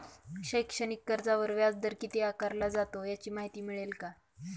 शैक्षणिक कर्जावर व्याजदर किती आकारला जातो? याची माहिती मिळेल का?